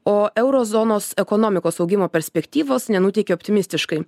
o euro zonos ekonomikos augimo perspektyvos nenuteikia optimistiškai